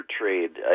trade